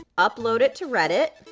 upload it to reddit,